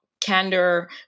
candor